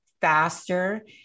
faster